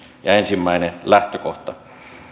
ja ensimmäinen lähtökohta